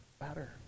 better